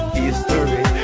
history